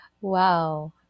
Wow